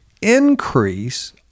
increase